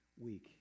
week